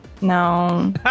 No